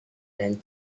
dan